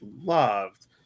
loved